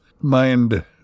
mind